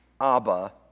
Abba